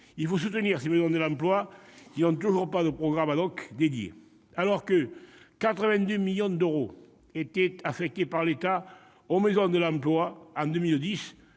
Il faut soutenir les maisons de l'emploi, qui n'ont toujours pas de programme dédié. Alors que 82 millions d'euros étaient affectés par l'État à ce dispositif en 2010,